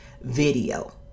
video